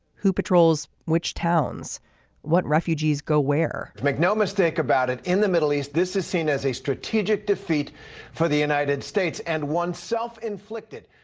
who patrols which towns what refugees go where make no mistake about it. in the middle east this is seen as a strategic defeat for the united states and one self inflicted.